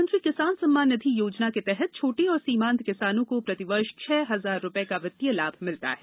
प्रधानमंत्री किसान सम्मान निधि योजना के तहत छोटे और सीमांत किसानों को प्रतिवर्ष छह हजार रुपये का वित्तीय लाभ मिलता है